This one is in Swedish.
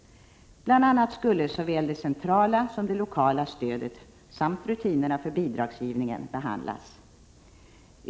Bl. a. skulle såväl det centrala som det lokala stödet samt rutinerna för bidragsgivningen behandlas.